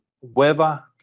Weather